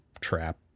trap